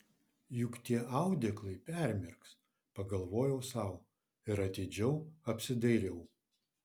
juk tie audeklai permirks pagalvojau sau ir atidžiau apsidairiau